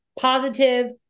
positive